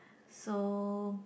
so